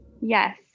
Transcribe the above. Yes